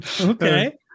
Okay